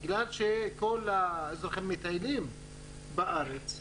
בגלל שכל האזרחים מטיילים בארץ,